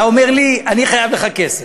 אתה אומר לי: אני חייב לך כסף.